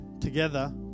together